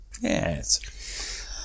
Yes